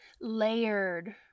layered